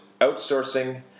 outsourcing